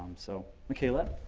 so, micaela,